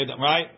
Right